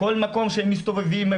כל מקום שהם מסתובבים,